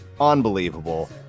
unbelievable